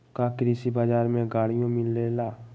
का कृषि बजार में गड़ियो मिलेला?